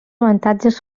avantatges